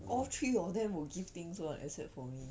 all three of them will give things one except for me